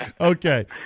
Okay